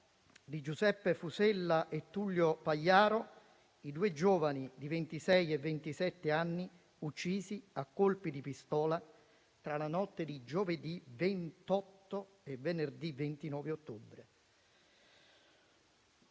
di Giuseppe Fusella e Tullio Pagliaro, i due giovani di ventisei e ventisette anni uccisi a colpi di pistola tra la notte di giovedì 28 e venerdì 29 ottobre.